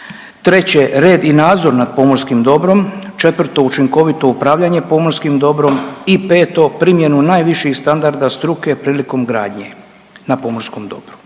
Treće, red i nadzor nad pomorskim dobrom. Četvrto, učinkovito upravljanje pomorskim dobrom. I peto, primjenu najviših standarda struke prilikom gradnje na pomorskom dobru.